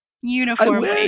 uniformly